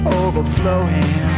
overflowing